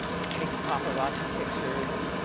take paparazzi pictures and.